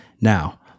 Now